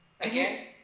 again